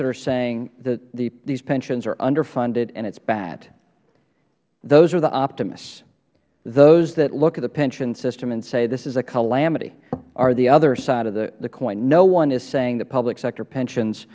that are saying these pensions are underfunded and it is bad those are the optimists those that look at the pension system and say this is a calamity are the other side of the coin no one is saying that public sector pensions